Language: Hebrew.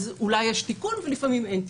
אז אולי יש תיקון ולפעמים אין תיקון.